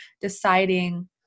deciding